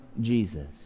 Jesus